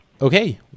okay